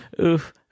oof